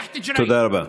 תודה רבה.